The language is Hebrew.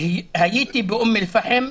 הייתי באום אל פאחם,